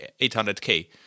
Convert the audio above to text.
800K